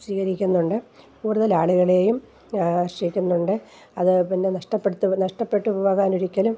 സ്വീകരിക്കുന്നുണ്ട് കൂടുതലാളുകളെയും ആകർഷിക്കുന്നുണ്ട് അത് പിന്നെ നഷ്ടപെടുത്തി നഷ്ടപ്പെട്ട് പോകാൻ ഒരിക്കലും